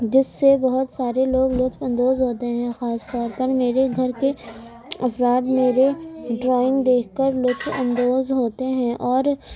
جس سے بہت سارے لوگ لطف اندوز ہوتے ہیں خاص طور پر میرے گھر کے افراد میرے ڈرائنگ دیکھ کر لطف اندوز ہوتے ہیں اور